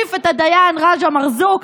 תחליף את הדיין רג'א מרזוק,